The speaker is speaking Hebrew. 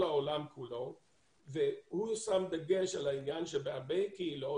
העולם כולו והוא שם דגש על העניין שבהרבה קהילות,